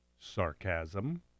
sarcasm